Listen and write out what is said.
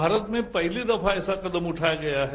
भारत में पहली दफा ऐसा कदम उठाया गया है